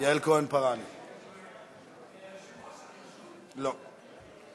תודה רבה,